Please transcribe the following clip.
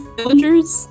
Villagers